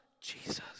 Jesus